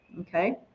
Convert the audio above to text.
Okay